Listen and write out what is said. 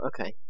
Okay